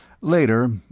Later